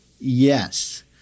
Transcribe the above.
Yes